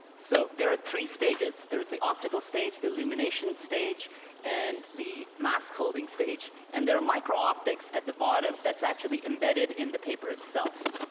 so, there are three stages there is the optical stage, the illumination stage and the mask-holding stage. and there are micro optics at the bottom that's actually embedded in the paper itself.